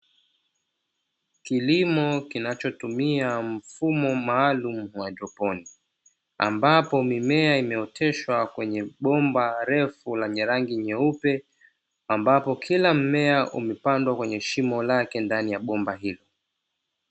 Kilimo kinachotumia mfumo maalumu wa haidroponi, ambapo mimea imeoteshwa kwenye bomba refu la rangi nyeupe, ambapo kila mmea umepandwa kwenye shimo lake ndani ya bomba hili.